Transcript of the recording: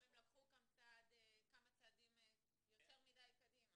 הם לקחו כמה צעדים יותר מדי קדימה.